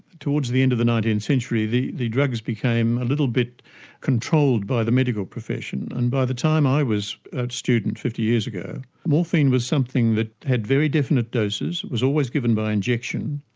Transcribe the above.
towards the end of the nineteenth century, the the drugs became a little bit controlled by the medical profession, and by the time i was a student fifty years ago, morphine was something that had very definite doses, it was always given by injection,